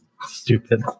Stupid